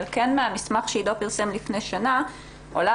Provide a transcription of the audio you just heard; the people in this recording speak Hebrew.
אבל מהמסמך שעידו פרסם לפני שנה עולה